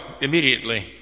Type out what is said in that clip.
immediately